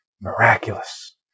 miraculous